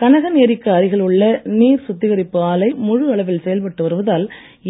கனகன் ஏரிக்கு அருகில் உள்ள நீர் சுத்திரிகரிப்பு ஆலை முழு அளவில் செயல்பட்டு வருவதால்